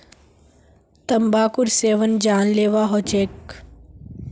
तंबाकूर सेवन जानलेवा ह छेक